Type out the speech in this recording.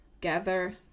gather